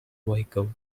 vehicle